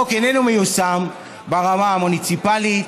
אבל איננו מיושם ברמה המוניציפלית,